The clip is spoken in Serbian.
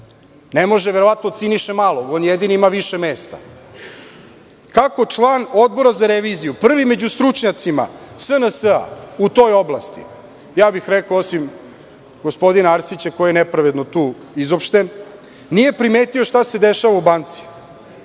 Ne može verovatno od Siniše Malog. On ima više mesta. Kako član Odbora za reviziju, prvi među stručnjacima SNS u toj oblasti, rekao bih osim gospodina Arsića koji je nepravedno tu izopšten, nije primetio šta se dešava u banci,